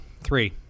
three